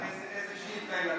איזו שאילתה,